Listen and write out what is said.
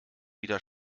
wieder